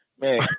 Man